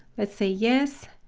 let's say yes,